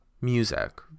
music